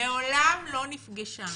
מעולם לא נפגשה,